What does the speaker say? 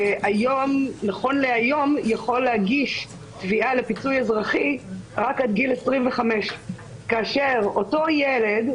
נכון להיום יכול להגיש תביעה לפיצוי אזרחי רק עד גיל 25. כאשר אותו ילד,